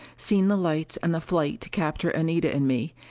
seen the lights and the fight to capture anita and me,